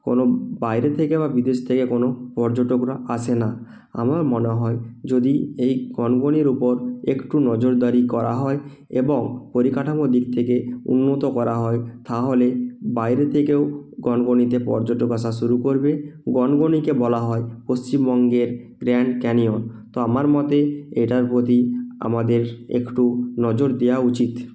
কোনো বাইরে থেকে বা বিদেশ থেকে কোনো পর্যটকরা আসে না আমার মনে হয় যদি এই গনগনির উপর একটু নজরদারি করা হয় এবং পরিকাঠামো দিক থেকে উন্নত করা হয় তাহলে বাইরে থেকেও গনগনিতে পর্যটক আসা শুরু করবে গনগনিকে বলা হয় পশ্চিমবঙ্গের গ্র্যান্ড ক্যানিয়ন তো আমার মতে এটার প্রতি আমাদের একটু নজর দেওয়া উচিত